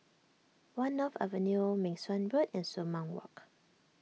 one North Avenue Meng Suan Boad and Sumang